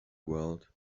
world